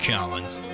Collins